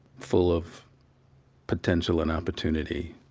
full of potential and opportunity.